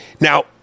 Now